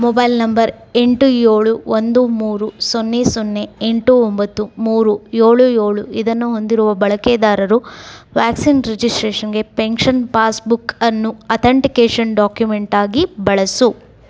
mobile number ಎಂಟು ಏಳು ಒಂದು ಮೂರು ಸೊನ್ನೆ ಸೊನ್ನೆ ಎಂಟು ಒಂಬತ್ತು ಮೂರು ಏಳು ಏಳು ಇದನ್ನು ಹೊಂದಿರುವ ಬಳಕೆದಾರರು ವ್ಯಾಕ್ಸಿನ್ ರಿಜಿಸ್ಟ್ರೇಷನ್ಗೆ ಪೆಂಕ್ಷನ್ ಪಾಸ್ ಬುಕ್ ಅನ್ನು ಅತೆಂಟಿಕೇಷನ್ ಡಾಕ್ಯುಮೆಂಟಾಗಿ ಬಳಸು